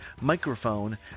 microphone